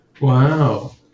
Wow